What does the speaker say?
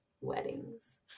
weddings